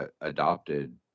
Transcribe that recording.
adopted